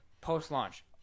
Post-launch